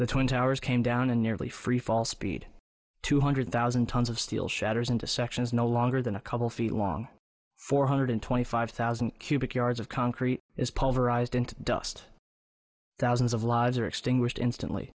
the twin towers came down and nearly freefall speed two hundred thousand tons of steel shatters into sections no longer than a couple feet long four hundred twenty five thousand cubic yards of concrete is pulverized into dust thousands of lives are extinguished instantly